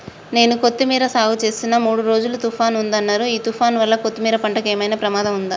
నేను కొత్తిమీర సాగుచేస్తున్న మూడు రోజులు తుఫాన్ ఉందన్నరు ఈ తుఫాన్ వల్ల కొత్తిమీర పంటకు ఏమైనా ప్రమాదం ఉందా?